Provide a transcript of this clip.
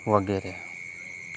વગેરે